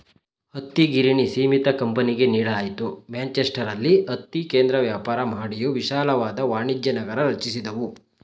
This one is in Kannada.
ಹತ್ತಿಗಿರಣಿ ಸೀಮಿತ ಕಂಪನಿಗೆ ನೀಡಲಾಯ್ತು ಮ್ಯಾಂಚೆಸ್ಟರಲ್ಲಿ ಹತ್ತಿ ಕೇಂದ್ರ ವ್ಯಾಪಾರ ಮಹಡಿಯು ವಿಶಾಲವಾದ ವಾಣಿಜ್ಯನಗರ ರಚಿಸಿದವು